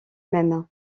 même